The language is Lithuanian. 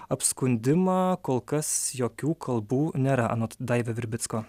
apskundimą kol kas jokių kalbų nėra anot daivio virbicko